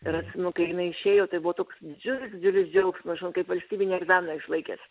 ir atsimenu kai jinai išėjo tai buvo toks didžiulis didžiulis džiaugsmas žinau kaip valstybinį egzaminą išlaikęs